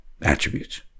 attributes